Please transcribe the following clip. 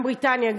גם בבריטניה,